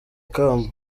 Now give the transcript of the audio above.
ikamba